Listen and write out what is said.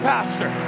Pastor